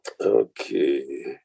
Okay